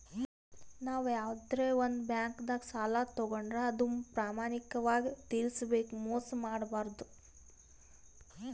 ನಾವ್ ಯವಾದ್ರೆ ಒಂದ್ ಬ್ಯಾಂಕ್ದಾಗ್ ಸಾಲ ತಗೋಂಡ್ರ್ ಅದು ಪ್ರಾಮಾಣಿಕವಾಗ್ ತಿರ್ಸ್ಬೇಕ್ ಮೋಸ್ ಮಾಡ್ಬಾರ್ದು